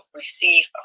receive